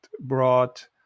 brought